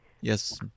Yes